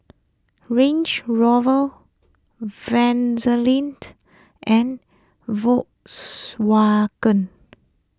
Range Rover Vaseline and Volkswagen